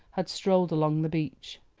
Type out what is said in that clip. had strolled along the beach.